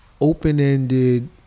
open-ended